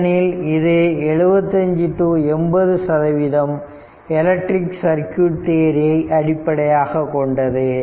ஏனெனில் இது 75 80 சதவீதம் எலக்ட்ரிக் சர்க்யூட் தியரியை அடிப்படையாகக் கொண்டது